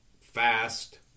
fast